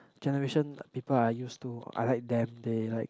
generation people are used to unlike them they like